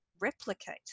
replicate